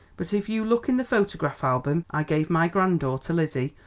but if you look in the photograph album i gave my grandaughter lizzie,